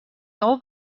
old